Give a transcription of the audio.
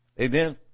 Amen